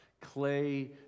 clay